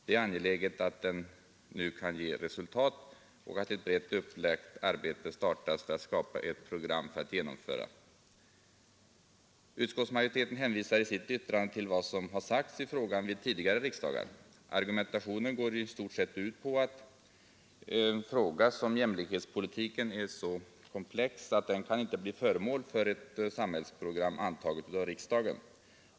Det är angeläget att den nu kan ge resultat och att ett brett upplagt arbete startas för att skapa ett program för att genomföra jämlikhetspolitiken. Utskottsmajoriteten hänvisar i sitt yttrande till vad som har sagts i frågan vid tidigare riksdagar. Argumentationen går i stort sett ut på att en fråga som jämlikhetspolitiken är så komplex att den inte kan bli föremål för ett samhällsprogram, antaget av riksdagen.